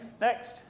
Next